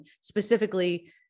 specifically